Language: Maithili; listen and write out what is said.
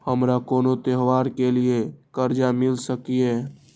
हमारा कोनो त्योहार के लिए कर्जा मिल सकीये?